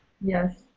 Yes